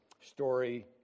story